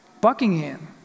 Buckingham